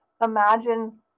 imagine